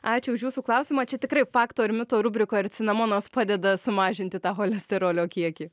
ačiū už jūsų klausimą čia tikrai fakto ir mito rubrikoj ar cinamonas padeda sumažinti cholesterolio kiekį